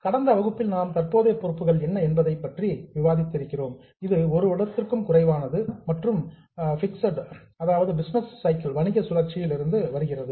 கடந்த வகுப்பில் நாம் தற்போதைய பொறுப்பு என்ன என்பதை ஏற்கனவே விவாதித்தோம் இது 1 வருடத்திற்கும் குறைவானது மற்றும் இது பிஸ்னஸ் சைக்கிள் வணிக சுழற்சியில் இருந்து வருகிறது